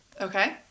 Okay